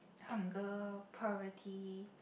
hungry party